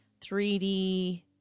3D